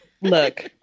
Look